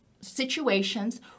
situations